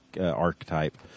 archetype